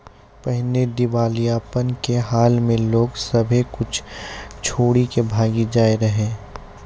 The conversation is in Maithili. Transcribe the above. पहिने दिबालियापन के हाल मे लोग सभ्भे कुछो छोरी के भागी जाय रहै